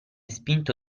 spinto